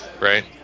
right